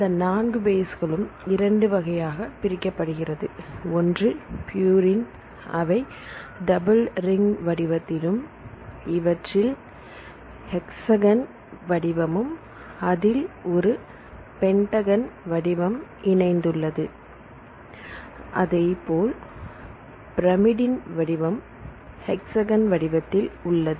இந்த 4 பேஸ்கலும் இரண்டு வகைகளாக பிரிக்கப்படுகிறது ஒன்று பியூரின் அவை டபுள் ரிங் வடிவத்திலும் உள்ளது இவற்றில் எக்ஸன் வடிவமும் அதில் ஒரு பெண்டகன் வடிவம் இணைந்துள்ளது அதைப்போல் பிரமிடின் வடிவம் எக்ஸன் வடிவத்தில் உள்ளது